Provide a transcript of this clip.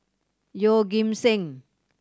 Yeoh Ghim Seng